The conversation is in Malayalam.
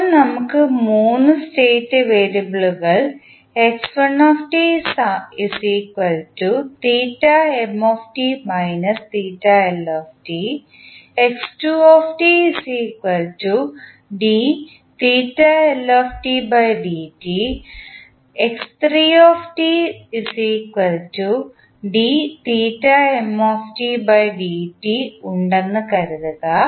ഇപ്പോൾ നമുക്ക് 3 സ്റ്റേറ്റ് വേരിയബിളുകൾ ഉണ്ടെന്ന് കരുതുക